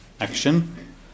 action